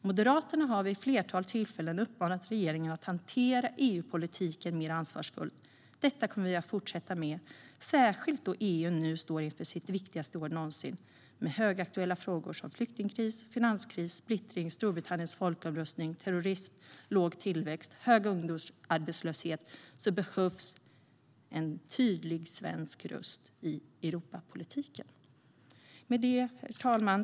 Moderaterna har vid ett flertal tillfällen uppmanat regeringen att hantera EU-politiken mer ansvarsfullt. Det kommer vi att fortsätta med, särskilt då EU nu står inför sitt viktigaste år någonsin. Med högaktuella frågor som flyktingkris, finanskris, splittring, Storbritanniens folkomröstning, terrorism, låg tillväxt och hög ungdomsarbetslöshet behövs en tydlig svensk röst i Europapolitiken. Herr talman!